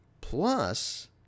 Plus